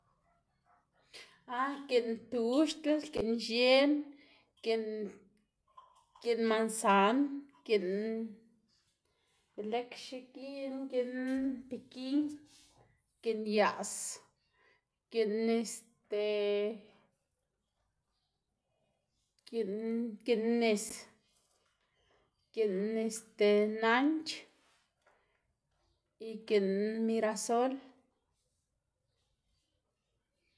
ah giꞌn tuxl, giꞌn x̱en, giꞌn mansan, giꞌn belëkxe giꞌn, giꞌn pikin, giꞌn yaꞌs, giꞌn este, giꞌn giꞌn nis, giꞌn este nanch, y giꞌn mirasol.